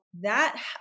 that-